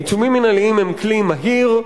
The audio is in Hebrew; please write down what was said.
עיצומים מינהליים הם כלי מהיר,